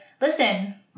listen